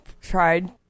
tried